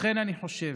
לכן אני חושב